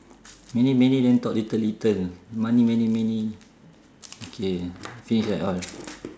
many many then talk little little money many many K finish right all